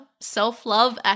self-love